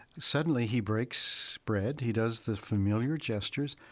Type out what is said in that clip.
suddenly he breaks bread, he does the familiar gestures,